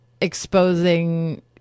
exposing